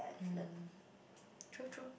mm true true